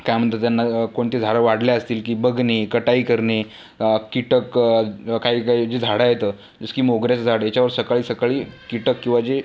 काय म्हणतात त्यांना कोणती झाडं वाढले असतील की बघणे कटाई करणे कीटक काही काही जी झाडं आहेत जसं की मोगऱ्याचं झाड आहे याच्यावर सकाळी सकाळी कीटक किंवा जे